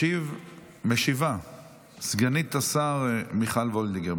משיבה סגנית השר מיכל וולדיגר.